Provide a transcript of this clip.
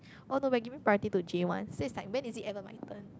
oh no we're giving priority to J ones then is like when is it ever my turn